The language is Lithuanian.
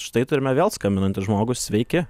štai turime vėl skambinantį žmogų sveiki